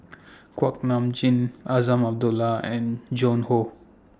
Kuak Nam Jin Azman Abdullah and Joan Hon